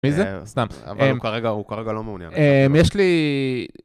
מי זה? סתם. אבל הוא כרגע, הוא כרגע לא מעוניין. אה, יש לי...